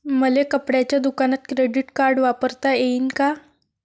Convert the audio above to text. मले कपड्याच्या दुकानात क्रेडिट कार्ड वापरता येईन का?